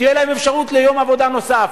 תהיה להם אפשרות ליום עבודה נוסף,